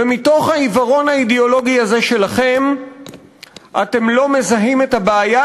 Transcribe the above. ומתוך העיוורון האידיאולוגי הזה שלכם אתם לא מזהים את הבעיה,